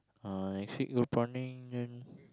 uh next week go prawning then